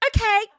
okay